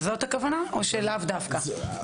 זאת הכוונה או לאו דווקא?